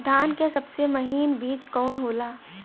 धान के सबसे महीन बिज कवन होला?